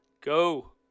go